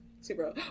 super